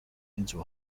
into